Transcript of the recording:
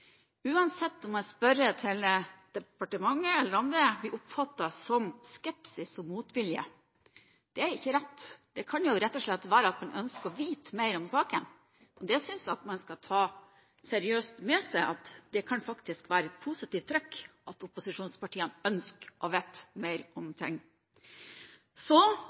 uansett om man spør departementet eller andre, blir oppfattet som skepsis og motvilje. Det er ikke rett. Det kan jo rett og slett være at man ønsker å få vite mer om saken. Jeg synes man skal ta seriøst med seg at det kan være et positivt trekk at opposisjonspartiene ønsker å få vite mer om